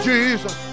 Jesus